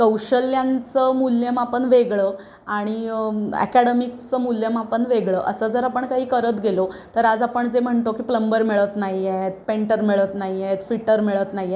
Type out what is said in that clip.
कौशल्यांचं मूल्यमापन वेगळं आणि ॲकॅडमिकचं मूल्यमापन वेगळं असं जर आपण काही करत गेलो तर आज आपण जे म्हणतो की प्लंबर मिळत नाही आहेत पेंटर मिळत नाही आहेत फिटर मिळत नाही आहेत